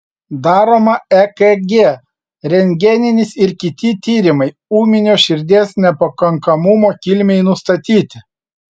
daroma ekg rentgeninis ir kiti tyrimai ūminio širdies nepakankamumo kilmei nustatyti